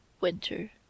winter